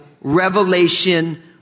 revelation